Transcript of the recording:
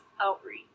outreach